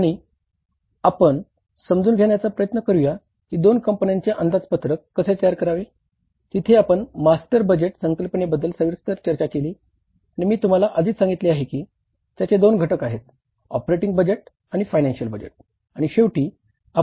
आणि आपण समजून घेण्याचा प्रयत्न करूया की दोन कंपन्यांचे अंदाजपत्रक कसे तयार करावे तिथे आपण मास्टर तयार केले बरोबर